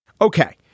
Okay